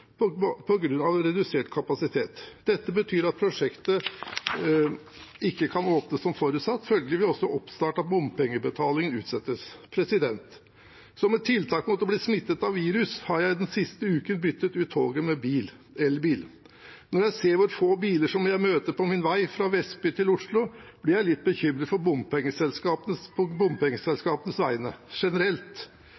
på grunn av redusert kapasitet. Dette betyr at prosjektet ikke kan åpnes som forutsatt. Følgelig vil også oppstart av bompengebetalingen utsettes. Som et tiltak mot å bli smittet av viruset har jeg den siste uken byttet ut toget med bil – elbil. Når jeg ser hvor få biler jeg møter på min vei fra Vestby til Oslo, blir jeg litt bekymret på bompengeselskapenes